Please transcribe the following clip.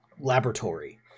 laboratory